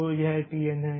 तो यह t n है